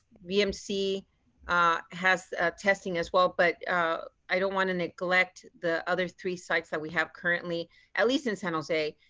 vmc ah has ah testing as well, but i don't want to neglect the other three cites that we have currently at least in san jose.